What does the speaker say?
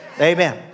Amen